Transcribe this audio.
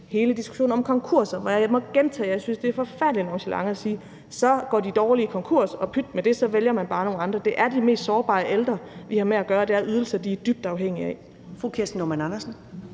hele diskussionen om konkurser må jeg gentage, at jeg synes, det er forfærdelig nonchalant at sige, at så går de dårlige konkurs, og pyt med det, så vælger man bare nogle andre. Det er de mest sårbare ældre, vi har med at gøre. Det er ydelser, de er dybt afhængige af.